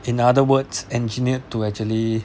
in other words engineered to actually